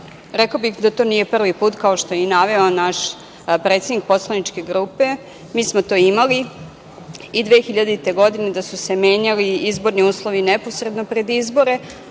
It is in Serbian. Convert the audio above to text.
Rekla bih da to nije prvi put, kao što je i naveo naš predsednik poslaničke grupe. Mi smo to imali i 2000. godine da su se menjali izborni uslovi neposredno pred izbore,